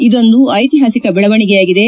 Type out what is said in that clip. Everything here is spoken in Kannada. ಇದೊಂದು ಐತಿಹಾಸಿಕ ಬೆಳವಣಿಗೆಯಾಗಿದೆ